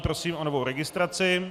Prosím o novou registraci.